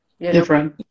Different